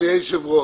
אדוני היושב-ראש,